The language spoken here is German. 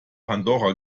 pandora